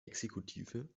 exekutive